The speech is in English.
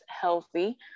healthy